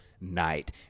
night